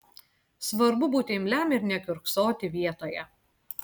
svarbu būti imliam ir nekiurksoti vietoje